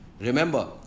Remember